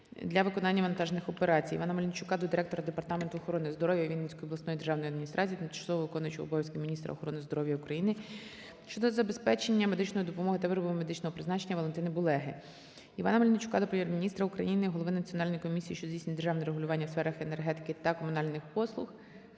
для виконання вантажних операцій. Івана Мельничука до директора Департаменту охорони здоров'я Вінницької обласної державної адміністрації, тимчасово виконуючої обов'язки міністра охорони здоров'я України щодо забезпечення медичною допомогою та виробами медичного призначення Валентини Булеги. Івана Мельничука до Прем'єр-міністра України, голови Національної комісії, що здійснює державне регулювання у сферах енергетики та комунальних послуг